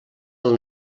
del